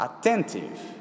attentive